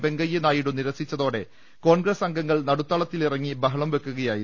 വെങ്കയ്യ നായിഡു നിരസിച്ചതോടെ കോൺഗ്രസ് അംഗങ്ങൾ നടുത്തളത്തിലിറങ്ങി ബഹളം വെക്കുകയായിരുന്നു